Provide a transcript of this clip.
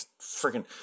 freaking